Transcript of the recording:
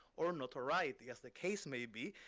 or notoriety as the case may be,